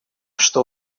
что